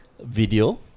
video